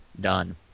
done